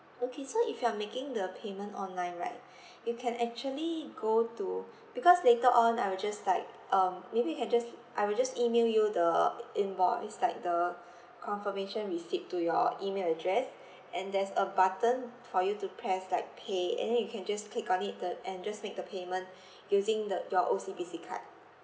okay so if you are making the payment online right you can actually go to because later on I will just like um maybe you can just I will just email you the invoice like the confirmation receipt to your email address and there's a button for you to press like pay and then you can just click on it the and just make the payment using the your O_C_B_C card